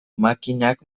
makinak